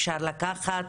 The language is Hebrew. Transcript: אפשר לקחת,